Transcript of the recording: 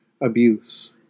abuse